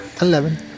Eleven